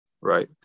right